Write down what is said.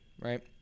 right